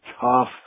tough